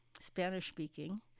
Spanish-speaking